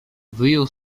wyjął